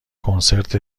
کنسرت